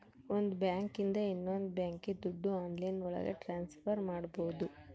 ಒಂದ್ ಬ್ಯಾಂಕ್ ಇಂದ ಇನ್ನೊಂದ್ ಬ್ಯಾಂಕ್ಗೆ ದುಡ್ಡು ಆನ್ಲೈನ್ ಒಳಗ ಟ್ರಾನ್ಸ್ಫರ್ ಮಾಡ್ಬೋದು